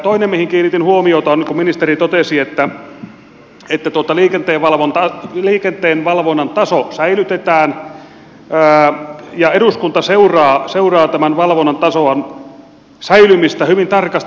toinen asia mihin kiinnitin huomiota on se kun ministeri totesi että liikenteenvalvonnan taso säilytetään ja eduskunta seuraa tämän valvonnan tason säilymistä hyvin tarkasti